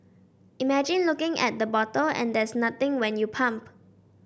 imagine looking at the bottle and there's nothing when you pump